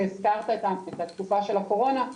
והזכרת את התקופה של הקורונה,